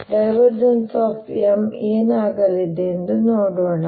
M ಏನಾಗಲಿದೆ ಎಂದು ನೋಡೋಣ